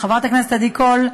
חברת הכנסת עדי קול,